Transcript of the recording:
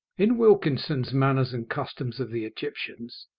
in wilkinson's manners and customs of the egyptians,